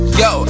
yo